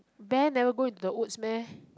bear never go into the woods meh